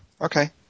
Okay